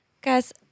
guys